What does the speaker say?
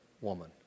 woman